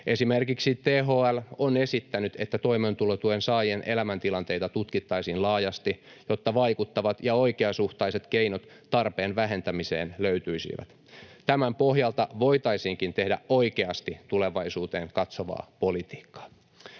Esimerkiksi THL on esittänyt, että toimeentulotuen saajien elämäntilanteita tutkittaisiin laajasti, jotta vaikuttavat ja oikeasuhtaiset keinot tarpeen vähentämiseen löytyisivät. Tämän pohjalta voitaisiinkin tehdä oikeasti tulevaisuuteen katsovaa politiikkaa.